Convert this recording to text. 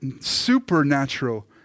supernatural